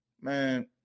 man